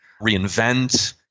reinvent